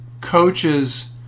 coaches